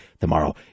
tomorrow